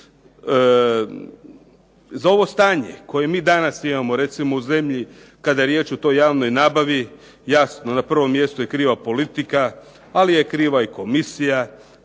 Za ovo stanje koje mi danas imamo, recimo u zemlji kada je riječ o toj javnoj nabavi, jasno na prvom mjestu je kriva politika, ali je kriva i komisija